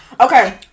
okay